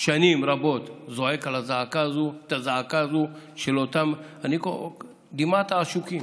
שנים רבות זועק את הזעקה הזאת, דמעת העשוקים.